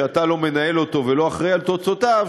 שאתה לא מנהל אותו ולא אחראי לתוצאותיו,